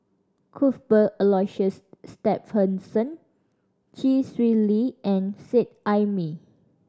Cuthbert Aloysius Shepherdson Chee Swee Lee and Seet Ai Mee